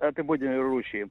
apibūdina rūšį